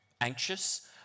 anxious